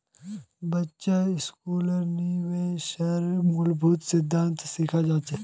बच्चा स्कूलत निवेशेर मूलभूत सिद्धांत सिखाना चाहिए